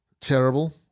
Terrible